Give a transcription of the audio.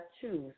choose